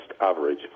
Average